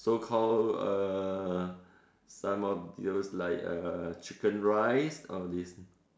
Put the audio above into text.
so call err some of those like uh chicken rice all these